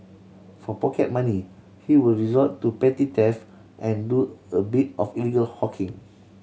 for pocket money he would resort to petty theft and do a bit of illegal hawking